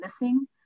missing